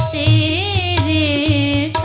a